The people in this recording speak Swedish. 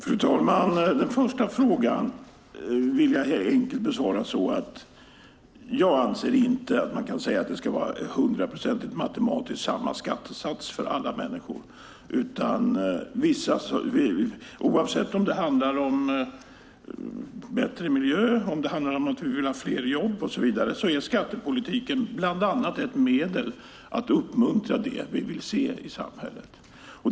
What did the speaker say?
Fru talman! Den första frågan vill jag enkelt besvara med att jag inte anser att det ska vara hundraprocentigt, matematiskt samma skattesats för alla människor. Oavsett om det handlar om bättre miljö eller att vi vill ha fler jobb och så vidare är skattepolitiken bland annat ett medel att uppmuntra det vi vill se i samhället.